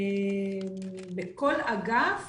בכל אגף